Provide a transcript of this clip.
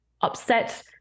upset